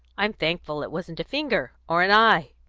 i'm thankful it wasn't a finger, or an eye.